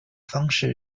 方式